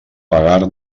pagar